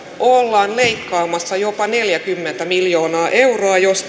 ollaan leikkaamassa jopa neljäkymmentä miljoonaa euroa jos